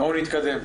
בואו נתקדם.